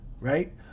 right